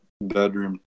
bedroom